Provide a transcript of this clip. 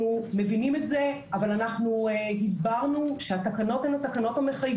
אנחנו מבקשים מכם לפעול בהתאם לתקנות.